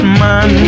man